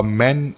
men